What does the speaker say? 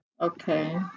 okay